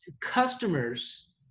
customers